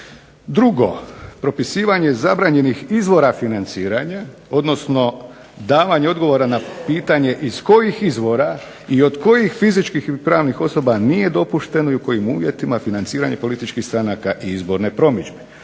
Drugo, propisivanje zabranjenih izvora financiranja, odnosno davanje odgovora na pitanje iz kojih izvora i od kojih fizičkih ili pravnih osoba nije dopušteno i u kojim uvjetima financiranje političkih stranaka i izborne promidžbe.